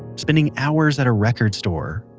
spending hours at a record store,